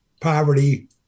poverty